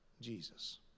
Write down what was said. Jesus